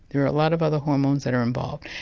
there are a lot of other hormones that are involved,